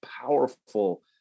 powerful